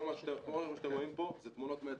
כל מה שאתם רואים פה זה תמונות מאתמול.